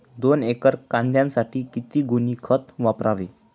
दोन एकर कांद्यासाठी किती गोणी खत वापरावे?